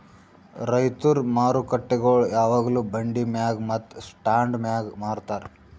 ರೈತುರ್ ಮಾರುಕಟ್ಟೆಗೊಳ್ ಯಾವಾಗ್ಲೂ ಬಂಡಿ ಮ್ಯಾಗ್ ಮತ್ತ ಸ್ಟಾಂಡ್ ಮ್ಯಾಗ್ ಮಾರತಾರ್